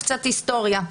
קצת היסטוריה,